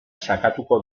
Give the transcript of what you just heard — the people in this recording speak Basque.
sakatuko